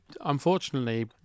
unfortunately